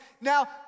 Now